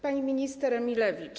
Pani Minister Emilewicz!